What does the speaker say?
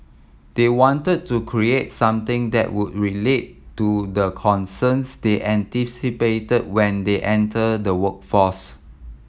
they wanted to create something that would relate to the concerns they anticipated when they enter the workforce